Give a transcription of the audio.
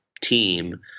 team